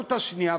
האפשרות השנייה,